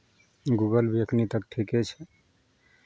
Google भी एखन तक ठीके छै